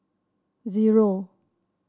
zero